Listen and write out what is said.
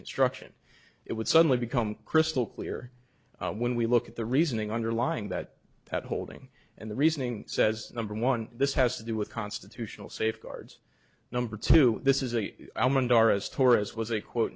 construction it would suddenly become crystal clear when we look at the reasoning underlying that that holding and the reasoning says number one this has to do with constitutional safeguards number two this is a woman doris torres was a quote